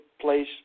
place